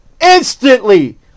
Instantly